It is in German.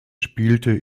spielte